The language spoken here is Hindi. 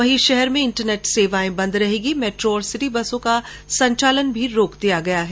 वहीं शहर में इन्टरनेट सेवाए बंद रहेगी मेट्रो और सिटी बसों का संचालन भी रोक दिया गया है